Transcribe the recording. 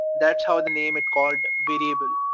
that's how the name is called variable,